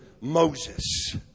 Moses